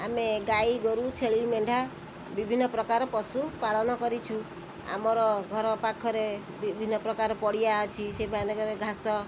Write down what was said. ଆମେ ଗାଈ ଗୋରୁ ଛେଳି ମେଣ୍ଢା ବିଭିନ୍ନ ପ୍ରକାର ପଶୁ ପାଳନ କରିଛୁ ଆମର ଘର ପାଖରେ ବିଭିନ୍ନ ପ୍ରକାର ପଡ଼ିଆ ଅଛି ସେଇମାନଙ୍କରେ ଘାସ